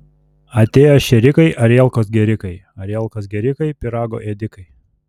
atėjo šėrikai arielkos gėrikai arielkos gėrikai pyrago ėdikai